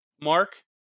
Mark